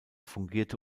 fungierte